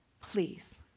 please